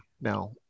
now